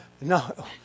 No